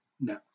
No